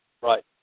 Right